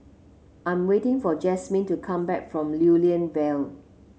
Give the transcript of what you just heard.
I'm waiting for Jasmin to come back from Lew Lian Vale